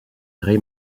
ray